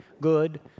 good